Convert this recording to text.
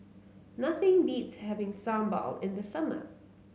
nothing beats having sambal in the summer